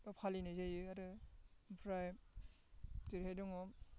एबा फालिनाय जायो आरो ओमफ्राय जेरैहाय दङ